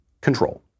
control